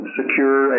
secure